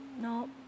no